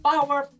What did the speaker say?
Power